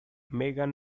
megan